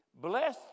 Bless